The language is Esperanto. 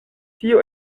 tio